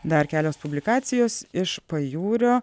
dar kelios publikacijos iš pajūrio